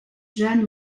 jan